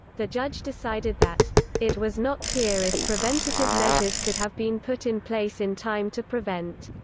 the judge decided that it was not clear if preventative measures could have been put in place in time to prevent